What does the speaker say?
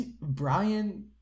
Brian